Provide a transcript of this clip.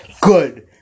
Good